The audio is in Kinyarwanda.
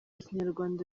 kinyarwanda